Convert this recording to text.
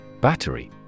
Battery